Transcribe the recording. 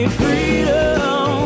freedom